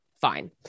Fine